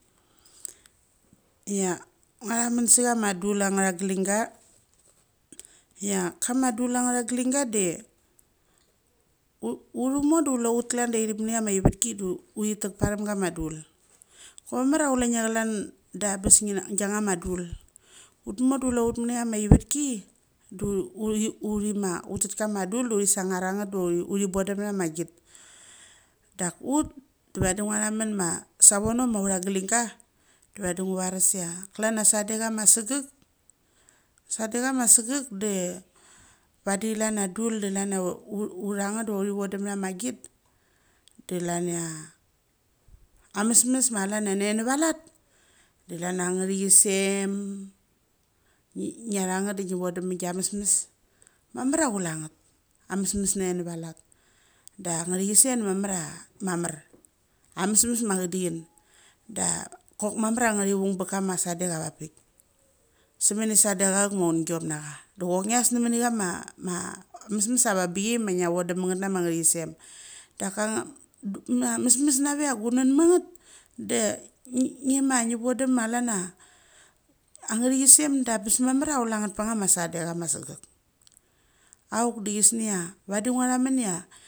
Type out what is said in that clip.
Chia nguathamun sa chama dul angatha glingga. Chia kama dul angatha gligga de ut urthumo do kule ut klan daithik muni ama ivatk de uthi tek parthom gama dul. Ka kuai mamar ia kule nge kalan da bes ngina gianga ma dul. Ut mor do kule ut mini ama ivatki do uthi ma uthet kama dul do uthi sanaranet do uthi bodum bana agit. Dak ut de vadi nguathamun ma savono ma utha glingga de vadi ngu varus ia klan ia sadecha ma segek de padi klan ia dul de klan ia uthanget de uthi vodum ba ma git de klan ia amesmes ma klania ne va lat de klan ia ngthisem. nigatha eth de ngi vodum manga mesmes. Mamar ia kule nget. A mesmes nena valat da angathichisem da mamar a mamar. A mesmes ma achi dian da chok mamar ngathi vang bakama sodekavapik. Sa muni sadech ma aungiom na ca doach ngias namuni ama ma mesmes avabai ma ngia vodum maneth da ngi, ngi ma ngi vodum ma klan a angathi sem da bes mamar a klueth pangama sadeca ma segek. Auk de gisnia vadi ngatha munia.